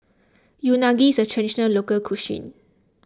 Unagi is a Traditional Local Cuisine